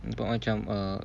nampak macam uh